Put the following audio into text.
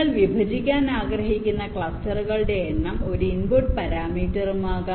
നിങ്ങൾ വിഭജിക്കാൻ ആഗ്രഹിക്കുന്ന ക്ലസ്റ്ററുകളുടെ എണ്ണം ഒരു ഇൻപുട്ട് പാരാമീറ്ററും ആകാം